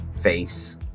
face